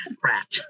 Crap